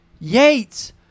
Yates